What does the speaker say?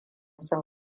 sun